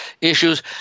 issues